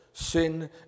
Sin